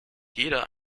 jeder